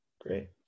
Great